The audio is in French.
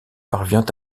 parvient